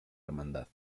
hermandad